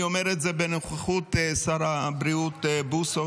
אני אומר את זה בנוכחות שר הבריאות בוסו,